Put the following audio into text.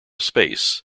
space